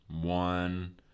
one